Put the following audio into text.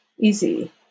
easy